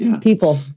People